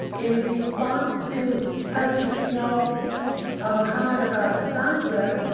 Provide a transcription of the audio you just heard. in response to trustee snell's um comment about estancia,